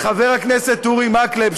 לחבר הכנסת אורי מקלב,